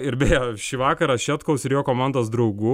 ir beje šį vakarą šetkaus ir jo komandos draugų